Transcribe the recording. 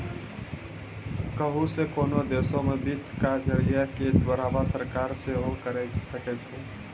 कहुं से कोनो देशो मे वित्त के जरिया के बढ़ावा सरकार सेहे करे सकै छै